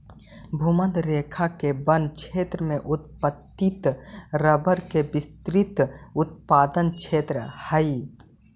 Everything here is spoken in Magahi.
भूमध्य रेखा के वन क्षेत्र में उत्पादित रबर के विस्तृत उत्पादन क्षेत्र हइ